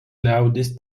liaudies